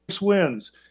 wins